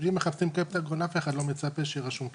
אם מחפשים קפטגון אף אחד לא מצפה שיהיה רשום קפטגון.